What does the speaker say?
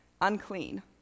unclean